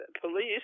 police